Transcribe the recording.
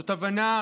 זאת הבנה